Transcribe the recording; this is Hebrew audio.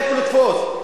איפה לתפוס,